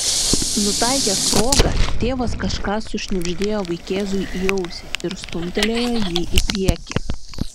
nutaikęs progą tėvas kažką sušnibždėjo vaikėzui į ausį ir stumtelėjo jį į priekį